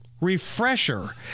refresher